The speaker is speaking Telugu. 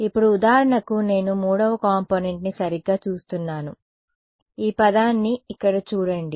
ఇప్పుడు ఉదాహరణకు నేను 3వ కాంపోనెంట్ని సరిగ్గా చూస్తున్నాను ఈ పదాన్ని ఇక్కడ చూడండి